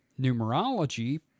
numerology